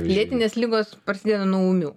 lėtinės ligos prasideda nuo ūmių